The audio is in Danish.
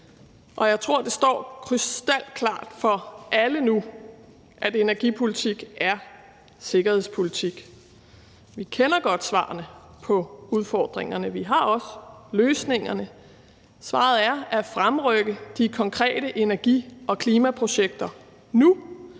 Og jeg tror, det står krystalklart for alle nu, at energipolitik er sikkerhedspolitik. Vi kender godt svarene på udfordringerne; vi har også løsningerne. Svaret er at fremrykke de konkrete energi- og klimaprojekter nu.